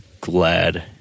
glad